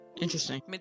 interesting